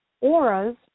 Auras